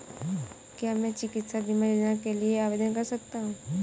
क्या मैं चिकित्सा बीमा योजना के लिए आवेदन कर सकता हूँ?